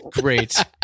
great